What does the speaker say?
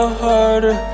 harder